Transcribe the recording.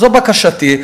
זו בקשתי,